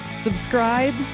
Subscribe